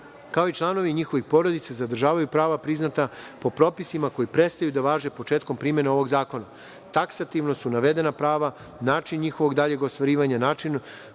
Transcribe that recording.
kao i članovi njihovih porodica, zadržavaju priznata prava po propisima koji prestaju da važe početkom primene ovog zakona. Taksativno su navedena prava, način njihovog daljeg ostvariva, način